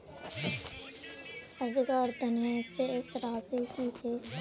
आजकार तने शेष राशि कि छे?